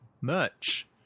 merch